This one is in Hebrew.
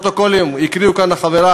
הפרוטוקולים פה, הקריאו כאן חברי.